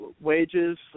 wages